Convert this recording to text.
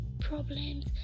problems